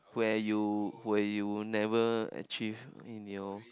where you where you never achieve in your